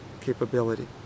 capability